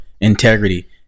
integrity